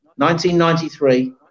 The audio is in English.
1993